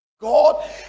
god